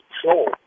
control